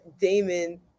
Damon